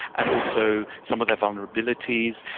and also some of their vulnerabilities.